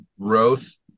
growth